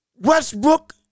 Westbrook